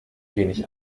wenig